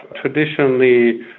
traditionally